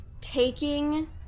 taking